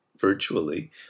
Virtually